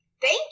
Thank